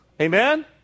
amen